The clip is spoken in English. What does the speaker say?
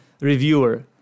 reviewer